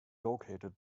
located